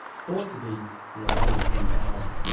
thought to be you know one in ten thousand.